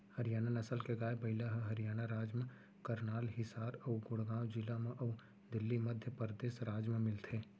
हरियाना नसल के गाय, बइला ह हरियाना राज म करनाल, हिसार अउ गुड़गॉँव जिला म अउ दिल्ली, मध्य परदेस राज म मिलथे